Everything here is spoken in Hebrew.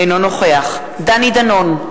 אינו נוכח דני דנון,